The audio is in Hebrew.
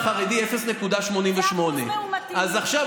ובו השתתפו כ-10,000 סטודנטים וסטודנטיות,